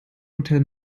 hotel